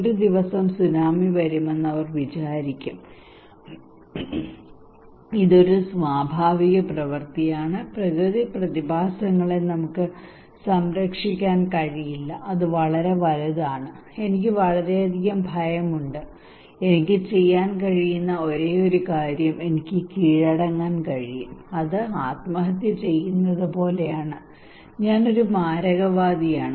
ഒരു ദിവസം സുനാമി വരുമെന്ന് അവർ വിചാരിക്കും ഇത് ഒരു സ്വാഭാവിക പ്രവൃത്തിയാണ് പ്രകൃതി പ്രതിഭാസങ്ങളെ നമുക്ക് സംരക്ഷിക്കാൻ കഴിയില്ല അത് വളരെ വലുതാണ് എനിക്ക് വളരെയധികം ഭയമുണ്ട് എനിക്ക് ചെയ്യാൻ കഴിയുന്ന ഒരേയൊരു കാര്യം എനിക്ക് കീഴടങ്ങാൻ കഴിയും അത് ആത്മഹത്യ ചെയ്യുന്നതുപോലെയാണ് ഞാൻ ഒരു മാരകവാദിയാണ്